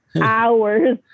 hours